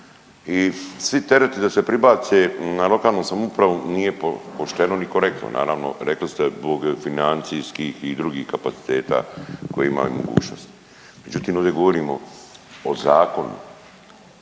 I svi tereti da se pribace na lokalnu samoupravu nije pošteno, ni korektno. Naravno rekli ste zbog financijskih i drugih kapaciteta koje imaju mogućnost. Međutim, ovdje govorimo o zakonu